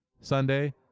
Sunday